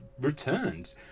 returned